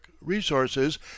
resources